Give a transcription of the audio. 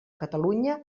catalunya